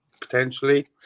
potentially